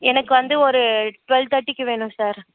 எனக்கு வந்து ஒரு டுவெல் தேர்டிக்கு வேணும் சார்